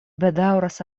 bedaŭras